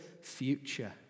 future